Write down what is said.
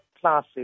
classes